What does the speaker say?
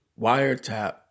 wiretap